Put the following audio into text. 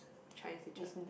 Chinese teacher